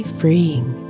freeing